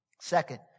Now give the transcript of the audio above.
Second